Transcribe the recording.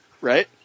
Right